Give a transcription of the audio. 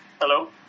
Hello